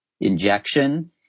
injection